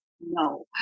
No